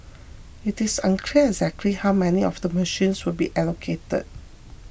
it is unclear exactly how many of the machines will be allocated